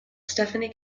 stephanie